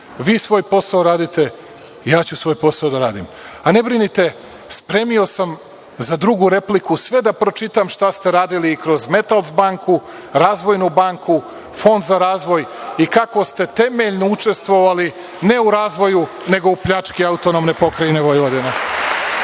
svoj posao radite, ja ću svoj posao da radim, a ne brinite spremio sam za drugu repliku sve da pročitam šta ste radili i kroz „Metalas banku“, Razvojnu banku, Fond za razvoj i kako ste temeljno učestvovali ne u razvoju, nego u pljački AP Vojvodine.(Vladimir